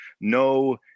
no